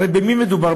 הרי במי מדובר?